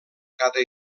cada